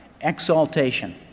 exaltation